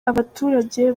abaturage